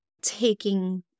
taking